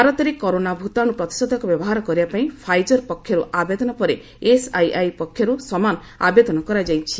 ଭାରତରେ କରୋନା ଭୂତାଣୁ ପ୍ରତିଷେଧକ ବ୍ୟବହାର କରିବାପାଇଁ ଫାଇଜର୍ ପକ୍ଷରୁ ଆବେଦନ ପରେ ଏସ୍ଆଇଆଇ ପକ୍ଷରୁ ସମାନ ଆବେଦନ କରାଯାଇଛି